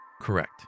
Correct